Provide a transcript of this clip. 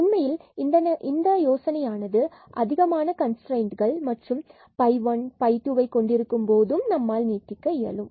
உண்மையில் இந்த யோசனை ஆனது அதிகமான கன்ஸ்ட்ரைன்ட் மற்றும் phi 1 phi 2ஐ கொண்டிருக்கும் போதும் நம்மால் நீட்டிக்க இயலும்